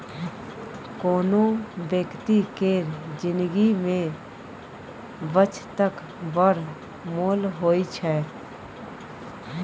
कोनो बेकती केर जिनगी मे बचतक बड़ मोल होइ छै